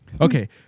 Okay